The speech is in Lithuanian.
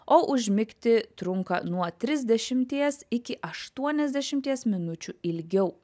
o užmigti trunka nuo trisdešimties iki aštuoniasdešimties minučių ilgiau